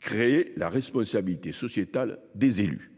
créer la responsabilité sociétale des élus.